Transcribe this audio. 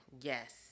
yes